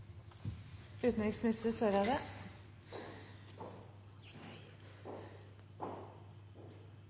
utenriksminister